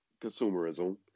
consumerism